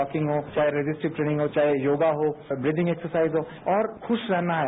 walking हो चाहे resisting training हो चाहे योगा हो ब्रिदिंगएक्सरसाइज हो और खुश रहना है